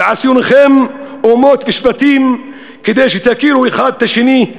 ועשינוכם אומות ושבטים כדי שתכירו אחד את השני,